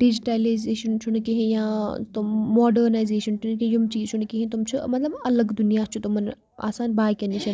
digitalization چھُنہٕ کِہینۍ یا تِم ماڈٲرنیزیشن یِم چیٖز چھُنہٕ کِہینۍ تِم چھُ الگ دُنیا چھُ تِمَن آسان باقین نِش